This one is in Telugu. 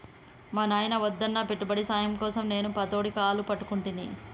మా నాయిన వద్దన్నా పెట్టుబడి సాయం కోసం నేను పతోడి కాళ్లు పట్టుకుంటిని